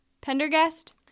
Pendergast